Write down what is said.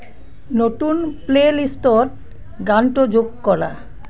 নতুন প্লে' লিষ্টত গানটো যোগ কৰা